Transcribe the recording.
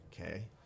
okay—